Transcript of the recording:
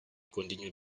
continued